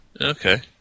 Okay